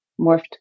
morphed